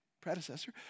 predecessor